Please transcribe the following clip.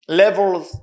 levels